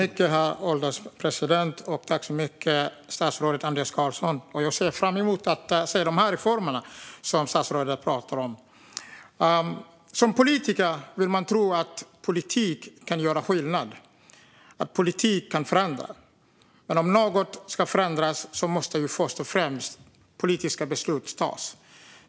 Herr ålderspresident! Jag ser fram emot att se de reformer som statsrådet pratar om. Som politiker vill man tro att politik kan göra skillnad, att politik kan förändra. Men om något ska förändras måste först och främst politiska beslut fattas.